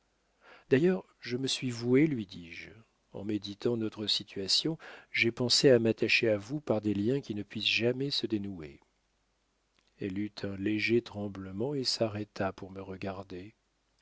d'ailleurs je me suis voué lui dis-je en méditant notre situation j'ai pensé à m'attacher à vous par des liens qui ne puissent jamais se dénouer elle eut un léger tremblement et s'arrêta pour me regarder